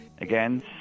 Again